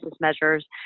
measures